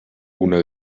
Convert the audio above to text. una